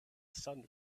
sun